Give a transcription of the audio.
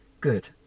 good